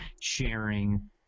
sharing